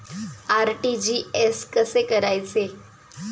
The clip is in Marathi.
आर.टी.जी.एस कसे करायचे?